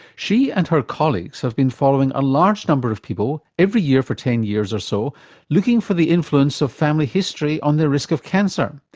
she and her colleagues have been following a large number of people every year for ten years or so looking for the influence of family history on their risk of cancer.